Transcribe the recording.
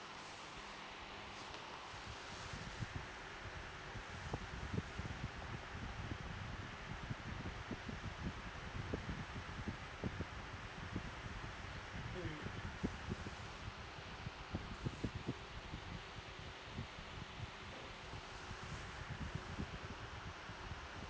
mm